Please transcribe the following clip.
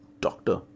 doctor